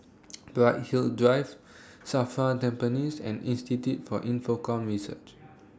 Bright Hill Drive SAFRA Tampines and Institute For Infocomm Research